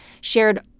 shared